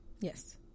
Yes